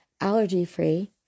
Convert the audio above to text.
allergy-free